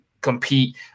compete